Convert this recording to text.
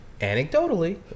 anecdotally